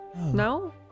No